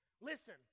Listen